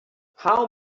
how